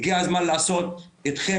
אדוני ראש העיר, פריד, אחי.